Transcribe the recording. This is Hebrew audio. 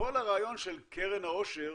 כל הרעיון של קרן העושר